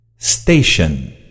station